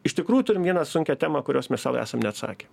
iš tikrųjų turim vieną sunkią temą kurios mes sau esam neatsakę